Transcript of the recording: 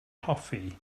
hoffi